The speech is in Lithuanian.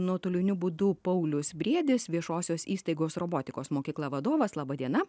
nuotoliniu būdu paulius briedis viešosios įstaigos robotikos mokykla vadovas laba diena